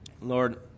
Lord